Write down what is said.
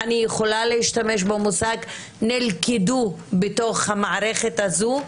אני יכולה להשתמש במושג 'נלכדו' בתוך המערכת הזו,